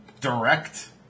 direct